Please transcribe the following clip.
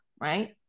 right